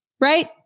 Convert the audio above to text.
right